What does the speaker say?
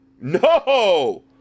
No